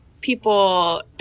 people